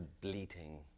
bleating